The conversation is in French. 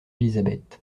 elisabeth